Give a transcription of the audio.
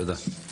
תודה.